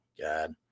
god